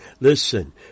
Listen